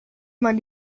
man